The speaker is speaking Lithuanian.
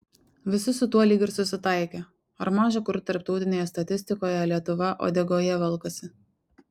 visi su tuo lyg ir susitaikė ar maža kur tarptautinėje statistikoje lietuva uodegoje velkasi